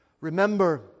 Remember